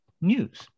news